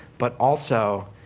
but also,